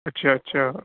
اچھا اچھا